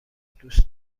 دوست